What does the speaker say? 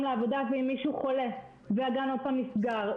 לעבודה ואם מישהו חולה והגן עוד פעם נסגר,